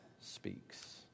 speaks